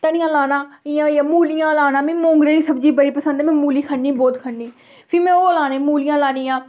धनिया लाना जि'यां होइया मुलियां लाना मिगी मोंगरे दी सब्जी बड़ी पसंद ऐ में मूली ख'न्नी बहोत ख'न्नी फ्ही में ओह् लाने मुलियां लानियां